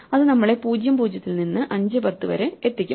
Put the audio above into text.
അത് നമ്മളെ 0 0 നിന്ന് 5 10 വരെ എത്തിക്കും